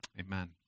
Amen